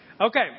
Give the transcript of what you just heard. Okay